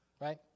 right